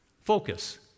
focus